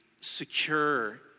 secure